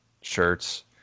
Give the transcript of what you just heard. shirts